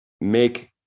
make